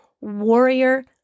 warrior